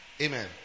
Amen